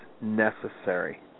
necessary